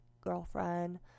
girlfriend